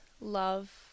love